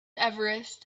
everest